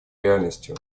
реальностью